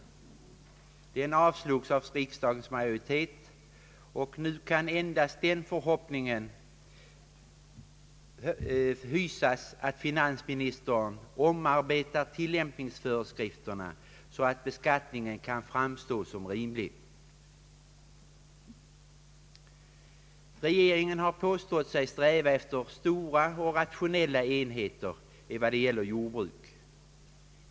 Motionen avslogs av riksdagens majoritet och nu kan endast den förhoppningen hysas att finansministern omarbetar = tillämpningsföreskrifterna, så att beskattningen kan framstå som rimlig. tegeringen har påstått sig sträva efter stora och rationella enheter när det gäller jordbruk.